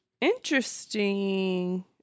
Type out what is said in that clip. Interesting